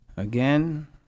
again